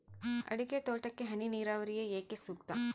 ಅಡಿಕೆ ತೋಟಕ್ಕೆ ಹನಿ ನೇರಾವರಿಯೇ ಏಕೆ ಸೂಕ್ತ?